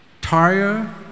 Tired